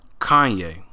Kanye